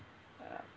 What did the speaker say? uh